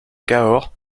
cahors